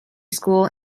school